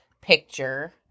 picture